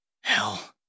hell